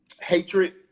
hatred